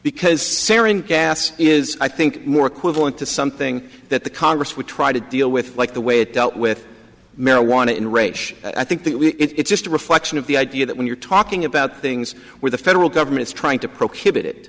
sarin gas is i think more equivalent to something that the congress would try to deal with like the way it dealt with marijuana in rage i think that we it's just a reflection of the idea that when you're talking about things where the federal government is trying to prohibit